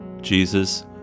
Jesus